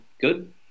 good